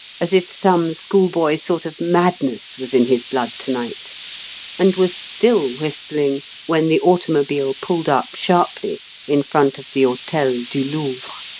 as if some schoolboy sort of madness was in his blood to-night and was still whistling when the automobile pulled up sharply in front of the hotel du louvre.